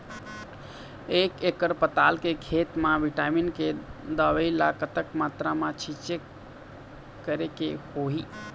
एक एकड़ पताल के खेत मा विटामिन के दवई ला कतक मात्रा मा छीचें करके होही?